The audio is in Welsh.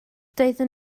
doeddwn